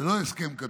זה לא הסכם כתוב,